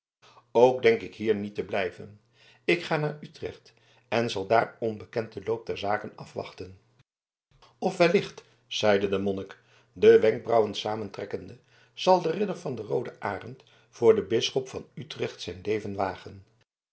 ook denk ik hier niet te blijven ik ga naar utrecht en zal daar onbekend den loop der zaken afwachten of wellicht zeide de monnik de wenkbrauwen samentrekkende zal de ridder van den rooden arend voor den bisschop van utrecht zijn leven wagen